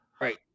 right